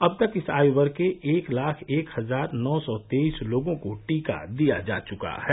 अब तक इस आयु वर्ग के एक लाख एक हजार नौ सौ तेईस लोगों को टीका दिया जा चुका है